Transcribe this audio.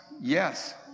Yes